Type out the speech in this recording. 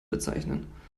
bezeichnen